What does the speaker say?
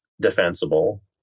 defensible